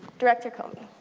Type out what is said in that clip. director comey,